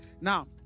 Now